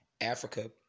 Africa